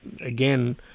again